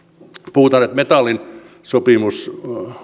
puhutaan että metallin sopimus